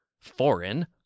Foreign